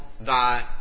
thy